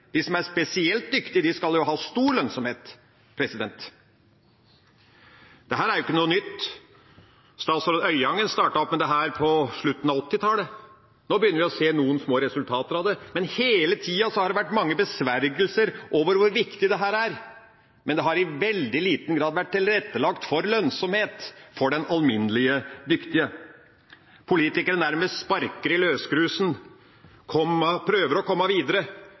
De som er spesielt dyktige, skal jo ha stor lønnsomhet. Dette er ikke noe nytt. Statsråd Øyangen startet opp med dette på slutten av 1980-tallet. Nå begynner vi å se noen små resultater av det. Hele tida har det vært mange besvergelser over hvor viktig dette er, men det har i veldig liten grad vært tilrettelagt for lønnsomhet for den alminnelig dyktige. Politikere nærmest sparker i løsgrusen og prøver å komme videre.